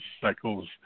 cycles